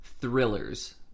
thrillers